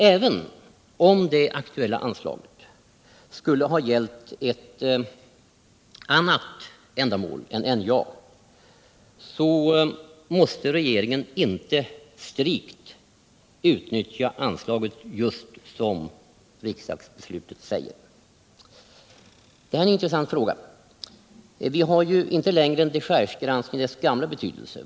Även om det aktuella anslaget hade gällt ett annat ändamål än NJA måste regeringen inte strikt utnyttja anslaget just som riksdagsbeslutet säger. Detta är en intressant fråga. Vi har inte längre en dechargegranskning i dess gamla betydelse.